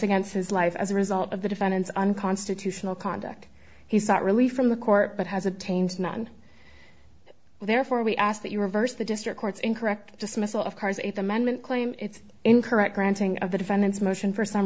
against his life as a result of the defendant's unconstitutional conduct he sought relief from the court but has attained none therefore we ask that you reverse the district court's incorrect dismissal of cars eighth amendment claim it's incorrect granting of the defendant's motion for s